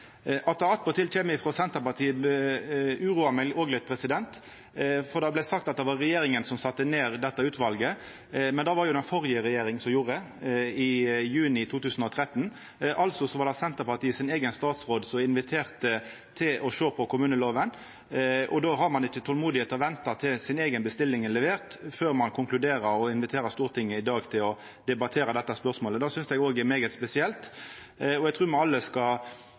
kjem. At det attpåtil kjem frå Senterpartiet, uroar meg òg litt, for det vart sagt at det var regjeringa som sette ned dette utvalet, men det var det jo den førre regjeringa som gjorde, i juni 2013. Det var altså Senterpartiet sin eigen statsråd som inviterte til å sjå på kommunelova, og så har ein altså ikkje tolmod til å venta til eins eiga bestilling er levert før ein konkluderer og inviterer Stortinget til i dag å debattera dette spørsmålet. Det synest eg òg er særs spesielt, og eg trur me alle skal